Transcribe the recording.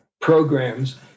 programs